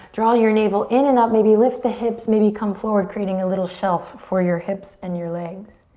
draw your navel in and up, maybe lift the hips, maybe come forward, creating a little shelf for your hips and your legs.